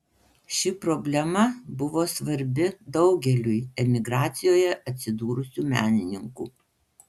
ši problema buvo svarbi daugeliui emigracijoje atsidūrusių menininkų